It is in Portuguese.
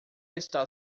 está